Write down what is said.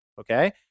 okay